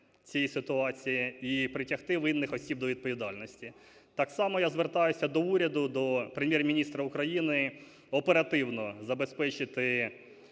цієї ситуації і притягти винних осіб до відповідальності. Так само я звертаюся до уряду, до Прем’єр-міністра України - оперативно забезпечити